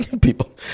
People